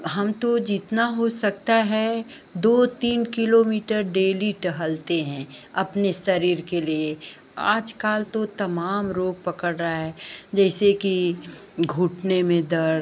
हम तो जितना हो सकता है दो तीन किलोमीटर डेली टहलते हैं अपने शरीर के लिए आजकल तो तमाम रोग पकड़ रहा है जैसे कि घुटने में दर्द